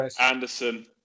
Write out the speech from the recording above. Anderson